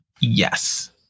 Yes